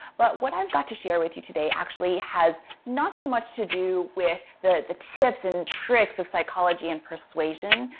but what i've got to share with you today actually has not so much to do with the the tips and tricks of psychology and persuasion,